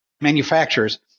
manufacturers